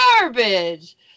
Garbage